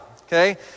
okay